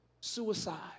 suicide